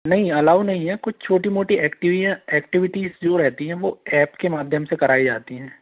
नहीं अलाउ नहीं है कुछ छोटी मोटी एक्टिव है एक्टिविटीस जो रहती हैं वो ऐप के माध्यम से कराई जाती हैं